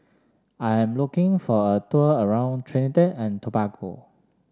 I'm looking for a tour around Trinidad and Tobago